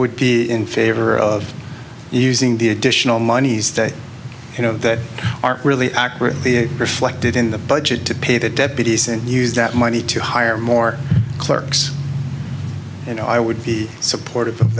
would be in favor of using the additional monies that you know that are really accurately reflected in the budget to pay the deputies and use that money to hire more clerks and i would be supportive of